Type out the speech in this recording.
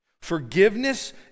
Forgiveness